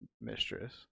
mistress